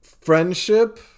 friendship